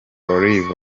oliver